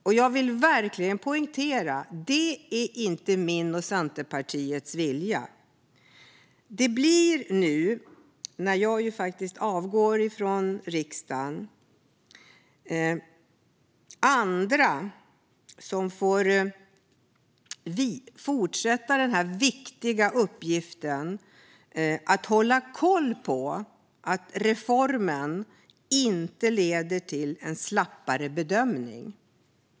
Låt mig därför poängtera att det inte är min och Centerpartiets vilja. Nu när jag lämnar riksdagen blir det andra som får fortsätta den viktiga uppgiften att hålla koll på att reformen inte leder till en slappare bedömning.